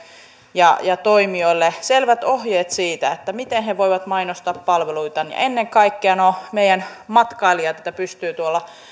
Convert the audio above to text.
ja toimijoille selvät ohjeet siitä miten he voivat mainostaa palveluitaan niin että ennen kaikkea nuo meidän matkailijamme pystyvät